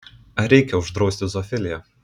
ar reikia uždrausti zoofiliją